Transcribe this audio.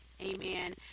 Amen